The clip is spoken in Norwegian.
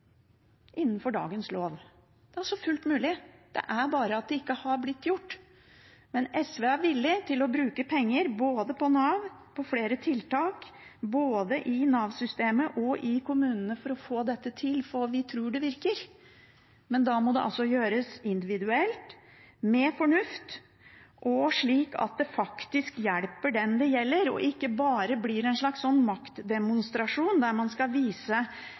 innenfor dagens lov. Det er altså fullt mulig. Det er bare det at det ikke har blitt gjort. SV er villig til å bruke penger både på Nav og på flere tiltak både i Nav-systemet og i kommunene for å få dette til, for vi tror det virker. Men da må det gjøres individuelt, med fornuft og slik at det faktisk hjelper den det gjelder, og ikke bare blir en slags maktdemonstrasjon der man skal vise